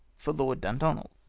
for lord dundonald.